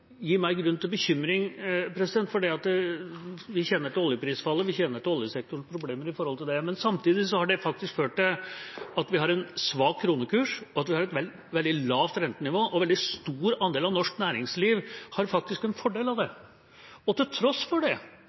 men samtidig har det ført til at vi har en svak kronekurs og et veldig lavt rentenivå, og en veldig stor andel av norsk næringsliv har en fordel av det. Men til tross for at det